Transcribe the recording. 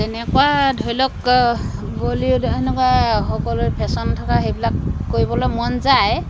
তেনেকুৱা ধৰি লওক বলিউড এনেকুৱা সকলে ফেশ্বন থকা সেইবিলাক কৰিবলৈ মন যায়